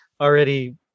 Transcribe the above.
already